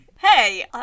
Hey